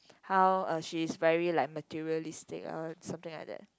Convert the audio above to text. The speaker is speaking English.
how uh she's very like materialistic or something like that